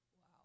Wow